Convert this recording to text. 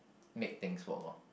make things work orh